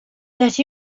that